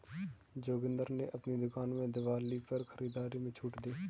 जोगिंदर ने अपनी दुकान में दिवाली पर खरीदारी में छूट दी